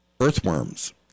Earthworms